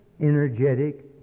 energetic